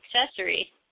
accessory